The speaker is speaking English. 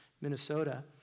Minnesota